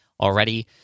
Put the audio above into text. already